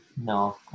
No